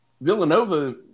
Villanova